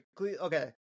Okay